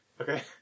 Okay